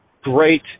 great